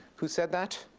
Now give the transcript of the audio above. who said that?